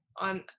on